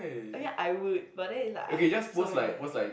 ya I would but then it's like I have so many eh